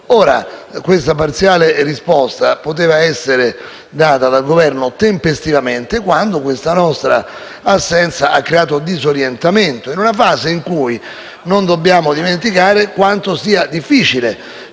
Questa parziale risposta poteva essere data dal Governo, in quanto questa nostra assenza ha creato disorientamento in una fase in cui non dobbiamo dimenticare quanto sia difficile